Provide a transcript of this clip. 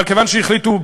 אבל כיוון שפנו,